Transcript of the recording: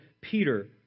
Peter